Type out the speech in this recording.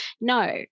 No